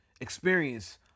experience